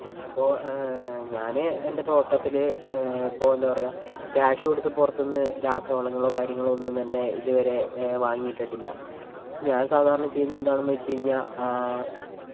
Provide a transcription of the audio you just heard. ഇപ്പോൾ ഞാൻ എൻറെ തോട്ടത്തിൽ ഇപ്പോൾ എന്താപറയുക ക്യാഷ് കൊടുത്ത് പുറത്തു നിന്ന് രാസവളങ്ങളോ കാര്യങ്ങളോ ഒന്നും തന്നെ ഇതുവരെ വാങ്ങിയിട്ടിട്ടില്ല ഞാൻ സാധാരണ ചെയ്യുന്നത് എന്താണെന്നുവെച്ചു കഴിഞ്ഞാൽ